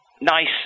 nice